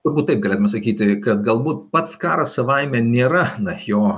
turbūt taip galėtume sakyti kad galbūt pats karas savaime nėra na jo